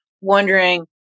wondering